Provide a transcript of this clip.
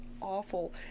awful